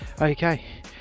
okay